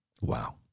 Wow